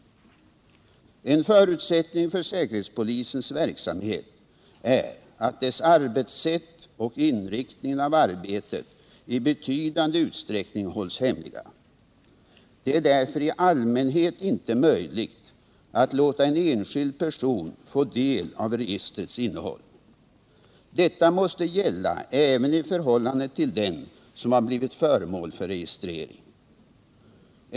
En förutsättning för säkerhetspolisens verksamhet är att dess arbetssätt och inriktningen av arbetet i betydande utsträckning hålls hemliga. Det är därför i allmänhet inte möjligt att låta en enskild person få del av registrets innehåll. Detta måste gälla även i förhållande till den som har blivit föremål för registrering.